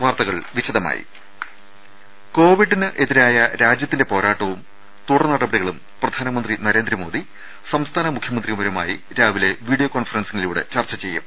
വാർത്തകൾ വിശദമായി കോവിഡിനെതിരായ രാജ്യത്തിന്റെ പോരാട്ടവും തുടർ നടപടികളും പ്രധാനമന്ത്രി നരേന്ദ്രമോദി സംസ്ഥാന മുഖ്യമന്ത്രിമാരുമായി രാവിലെ വീഡിയോ കോൺഫറൻസിലൂടെ ചർച്ച ചെയ്യും